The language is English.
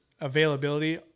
availability